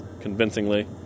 convincingly